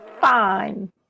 Fine